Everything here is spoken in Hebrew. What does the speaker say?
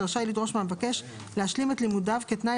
רשאי לדרוש מהמבקש להשלים את לימודיו כתנאי